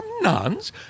nuns